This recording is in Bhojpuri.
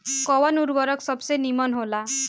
कवन उर्वरक सबसे नीमन होला?